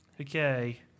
okay